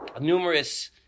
Numerous